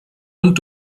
und